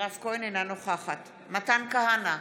אינה נוכחת מתן כהנא,